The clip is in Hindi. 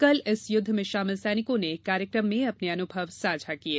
कल इस युद्ध में शामिल सैनिकों ने एक कार्यक्रम में अपने अनुभव साझा किये